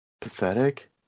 pathetic